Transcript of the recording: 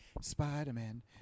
Spider-Man